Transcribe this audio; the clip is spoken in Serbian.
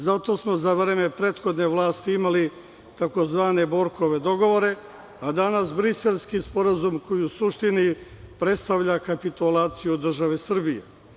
Zato smo za vreme prethodne vlasti imali tzv. Borkove dogovore, a danas Briselski sporazum koji u suštini predstavlja kapitulaciju države Srbije.